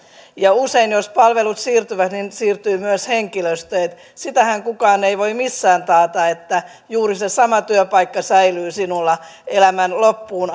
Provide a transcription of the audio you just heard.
ja usein on niin että jos palvelut siirtyvät siirtyy myös henkilöstö sitähän kukaan ei voi missään taata että juuri se sama työpaikka säilyy sinulla elämän loppuun